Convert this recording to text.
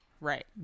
Right